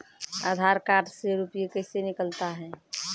आधार कार्ड से रुपये कैसे निकलता हैं?